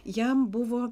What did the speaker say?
jam buvo